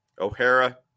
O'Hara